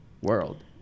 world